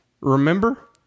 Remember